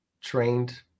trained